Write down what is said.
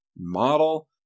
model